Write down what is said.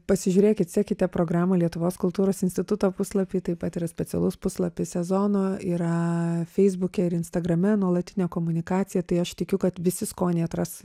pasižiūrėkit sekite programą lietuvos kultūros instituto puslapy taip pat yra specialus puslapis sezono yra feisbuke ir instagrame nuolatinė komunikacija tai aš tikiu kad visi skoniai atras